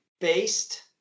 based